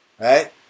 right